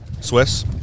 Swiss